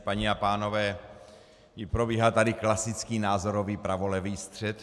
Paní a pánové, probíhá tady klasický názorový pravolevý střet.